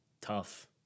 tough